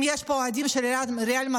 אם יש פה אוהדים של ריאל מדריד,